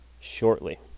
shortly